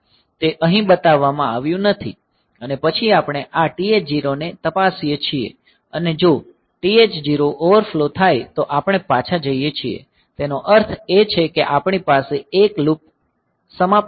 તે અહીં બતાવવામાં આવ્યું નથી અને પછી આપણે આ TH0 ને તપાસીએ છીએ અને જો TH0 ઓવરફ્લો થાય તો આપણે પાછા જઈએ છીએ તેનો અર્થ એ કે આપણી પાસે 1 લૂપ સમાપ્ત થઈ ગઈ છે